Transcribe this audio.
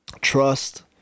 trust